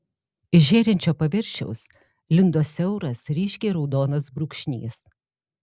iš žėrinčio paviršiaus lindo siauras ryškiai raudonas brūkšnys